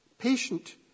Patient